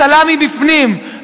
הסלאמי בפנים,